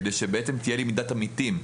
כדי שבעצם תהיה למידת עמיתים.